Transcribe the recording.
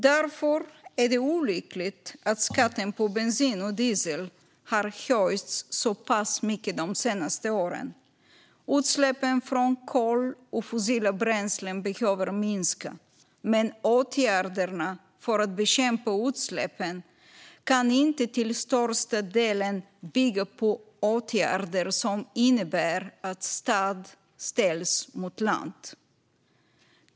Därför är det olyckligt att skatten på bensin och diesel har höjts så pass mycket de senaste åren. Utsläppen från kol och fossila bränslen behöver minska, men åtgärderna för att bekämpa utsläppen kan inte till största delen bygga på sådant som innebär att stad ställs mot land.